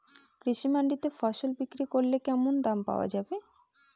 কৃষি মান্ডিতে ফসল বিক্রি করলে কেমন দাম পাওয়া যাবে?